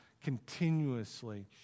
continuously